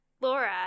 Laura